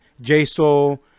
J-Soul